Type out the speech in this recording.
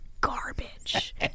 garbage